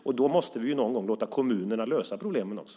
Vi måste någon gång låta kommunerna lösa problemen också.